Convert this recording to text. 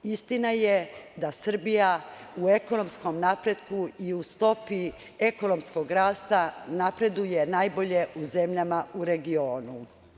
Istina je da Srbija u ekonomskom napretku i u stopi ekonomskog rasta napreduje najbolje u zemljama u regionu.